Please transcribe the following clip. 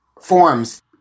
forms